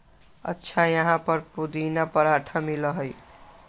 अच्छा यहाँ पर पुदीना पराठा मिला हई?